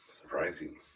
surprising